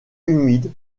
humides